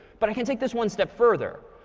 but i can take this one step further.